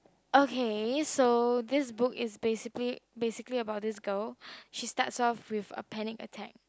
okay so this book is basically basically about this girl she starts off with a panic attack